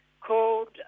called